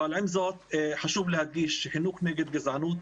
עם זאת חשוב להדגיש שחינוך נגד גזענות,